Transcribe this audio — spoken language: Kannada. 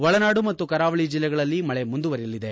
ಒಳನಾಡು ಮತ್ತು ಕರಾವಳಿ ಜಿಲ್ಲೆಗಳಲ್ಲಿ ಮಳೆ ಮುಂದುವರೆಯಲಿದೆ